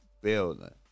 building